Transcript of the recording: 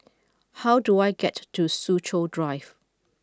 how do I get to Soo Chow Drive